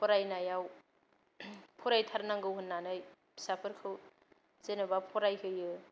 फरायनायाव फरायथारनांगौ होननानै फिसाफोरखौ जेन'बा फरायहोयो